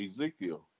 Ezekiel